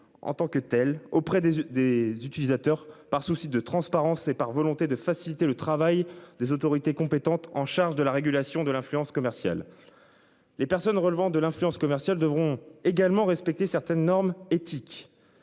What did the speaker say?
en tant que telle auprès des des utilisateurs par souci de transparence et par volonté de faciliter le travail des autorités compétentes en charge de la régulation de l'influence commerciale. Les personnes relevant de l'influence commerciale devront également respecter certaines normes éthiques